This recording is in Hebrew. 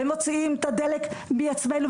ומוציאים את הדלק מכספנו,